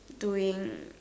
doing